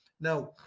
Now